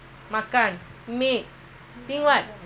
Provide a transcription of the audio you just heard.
maid salary